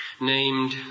named